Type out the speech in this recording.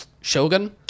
Shogun